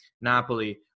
Napoli